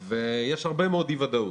ויש הרבה מאוד אי ודאות.